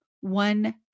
one